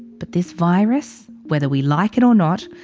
but this virus. whether we like it or not.